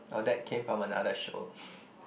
oh that came from another show